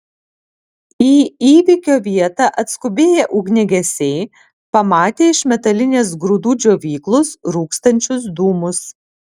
į įvykio vietą atskubėję ugniagesiai pamatė iš metalinės grūdų džiovyklos rūkstančius dūmus